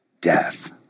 death